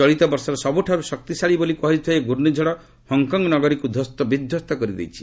ଚଳିତ ବର୍ଷର ସବୁଠାରୁ ଶକ୍ତିଶାଳୀ ବୋଲି କୁହାଯାଉଥିବା ଏହି ପ୍ରର୍ଷିଝଡ଼ ହଂକଂ ନଗରୀକୁ ଧ୍ୱସ୍ତବିଧ୍ୱସ୍ତ କରିଦେଇଛି